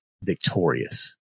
victorious